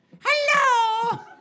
Hello